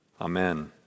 Amen